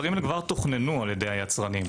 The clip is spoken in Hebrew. הם כבר תוכננו על ידי היצרנים.